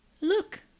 Look